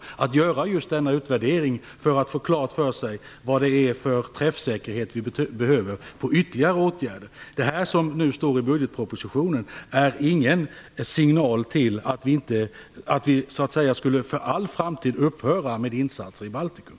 Vi vill göra denna utvärdering för att få klart för oss vilken träffsäkerhet vi behöver när det gäller ytterligare åtgärder. Det som står i budgetpropositionen är inte en signal till att vi för all framtid skall upphöra med insatser i Baltikum.